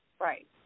Right